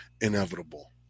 inevitable